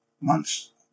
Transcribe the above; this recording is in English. months